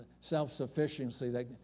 self-sufficiency